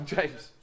James